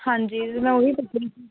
ਹਾਂਜੀ ਮੈਂ ਉਹ ਹੀ ਪੁੱਛ ਰਹੀ ਸੀ